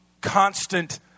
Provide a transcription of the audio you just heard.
constant